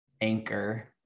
Anchor